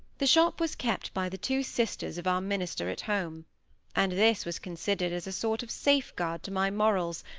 the shop was kept by the two sisters of our minister at home and this was considered as sort of safeguard to my morals,